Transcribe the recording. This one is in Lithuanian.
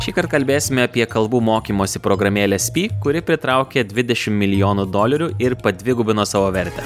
šįkart kalbėsime apie kalbų mokymosi programėlę speak kuri pritraukė dvidešim milijonų dolerių ir padvigubino savo vertę